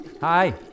Hi